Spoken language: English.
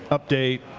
update,